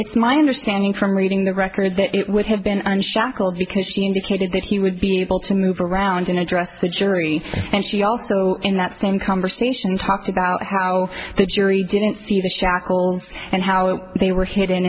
it's my understanding from reading the record that it would have been shackled because she indicated that he would be able to move around in address the jury and she also in that same conversation talked about how the jury didn't see the shackles and how they were hidden